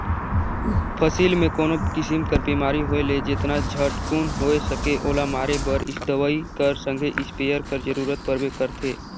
फसिल मे कोनो किसिम कर बेमारी होए ले जेतना झटकुन होए सके ओला मारे बर दवई कर संघे इस्पेयर कर जरूरत परबे करथे